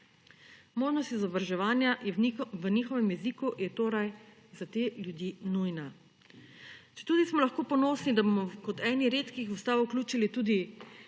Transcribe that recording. Možnost izobraževanja v njihovem jeziku je torej za te ljudi nujna. Četudi smo lahko ponosni, da bomo kot eni redkih v ustavo vključili tudi